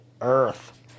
earth